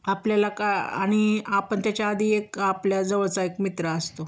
आपल्याला का आणि आपण त्याच्या आधी एक आपल्या जवळचा एक मित्र असतो